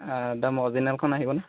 একদম অ'ৰিজিনেলখন আহিব নে